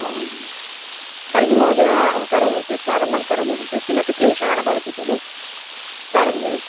तर्हि महोदय अहं करोमि चेत् प्रारम्भं करोमि चेत् किमपि क्लेशः न भवति खलु प्रारम्भे